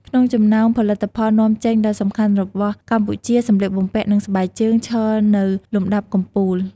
ក្នុងចំណោមផលិតផលនាំចេញដ៏សំខាន់របស់កម្ពុជា សម្លៀកបំពាក់ និងស្បែកជើង ឈរនៅលំដាប់កំពូល។